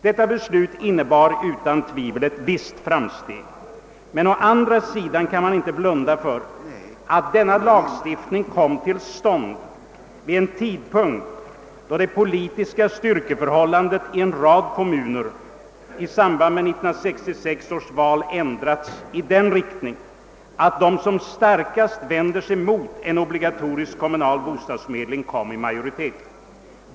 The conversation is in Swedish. Detta beslut innebar utan tvivel ett visst framsteg. Men å andra sidan kan man inte blunda för att denna lagstiftning kom till stånd vid en tidpunkt, då det politiska styrkeförhållandet i en rad kommuner i samband med 1966 års val ändrats i sådan riktning, att de som starkast vände sig mot obligatorisk kommunal bostadsförmedling kom i majoritet.